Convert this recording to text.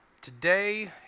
Today